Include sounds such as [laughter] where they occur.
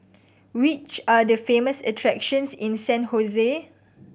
which are the famous attractions in San [unintelligible]